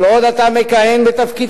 כל עוד אתה מכהן בתפקידך,